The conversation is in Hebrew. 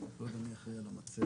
אני לא יודע מי אחראי על המצגת.